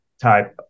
type